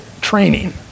training